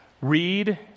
read